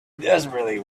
desperately